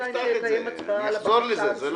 בינתיים שיקיים הצבעה על הבקשה עצמה.